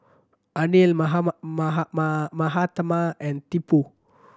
Anil Mahatma and Tipu